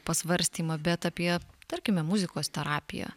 pasvarstymą bet apie tarkime muzikos terapiją